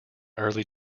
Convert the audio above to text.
early